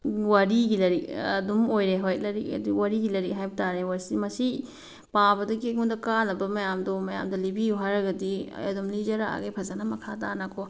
ꯋꯥꯔꯤꯒꯤ ꯂꯥꯏꯔꯤꯛ ꯑꯗꯨꯝ ꯑꯣꯏꯔꯦ ꯍꯣꯏ ꯂꯥꯏꯔꯤꯛ ꯑꯗꯨ ꯋꯥꯔꯤꯒꯤ ꯂꯥꯏꯔꯤꯛ ꯍꯥꯏꯕ ꯇꯥꯔꯦ ꯃꯁꯤ ꯄꯥꯕꯗꯒꯤ ꯑꯩꯉꯣꯟꯗ ꯀꯥꯟꯅꯕ ꯃꯌꯥꯝꯗꯣ ꯃꯌꯥꯝꯗꯣ ꯂꯤꯕꯤꯌꯨ ꯍꯥꯏꯔꯒꯗꯤ ꯑꯩ ꯑꯗꯨꯝ ꯂꯤꯖꯔꯛꯑꯒꯦ ꯐꯖꯅ ꯃꯈꯥꯇꯥꯅ ꯀꯣ